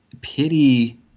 pity –